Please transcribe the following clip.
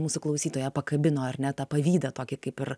mūsų klausytoją pakabino ar ne tą pavydą tokį kaip ir